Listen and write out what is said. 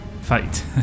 fight